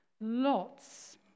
lots